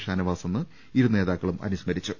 ഷാനവാസെന്ന് ഇരു നേതാക്കളും അനുസ്മരിച്ചു